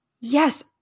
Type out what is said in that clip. Yes